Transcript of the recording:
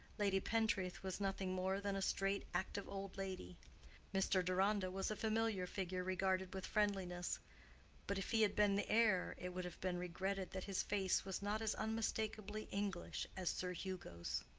lady pentreath was nothing more than a straight, active old lady mr. deronda was a familiar figure regarded with friendliness but if he had been the heir, it would have been regretted that his face was not as unmistakably english as sir hugo's.